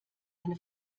eine